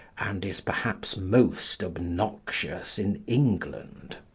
and is perhaps most obnoxious in england.